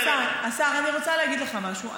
השר, השר, אני רוצה להגיד לך משהו.